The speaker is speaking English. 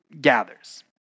gathers